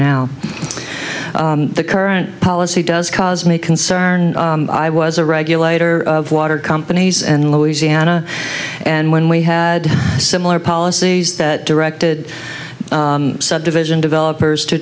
now the current policy does cause me concern i was a regulator of water companies and louisiana and when we had a similar policies that direct the subdivision developers to